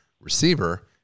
receiver